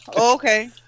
Okay